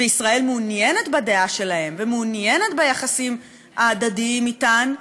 וישראל מעוניינת בדעה שלהן ומעוניינת ביחסים ההדדיים אתן,